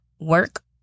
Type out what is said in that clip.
Work